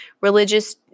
religious